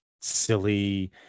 silly